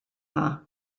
dda